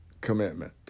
commitment